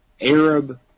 Arab